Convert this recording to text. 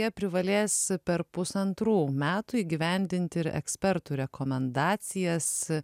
jie privalės per pusantrų metų įgyvendinti ir ekspertų rekomendacijas